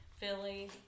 Philly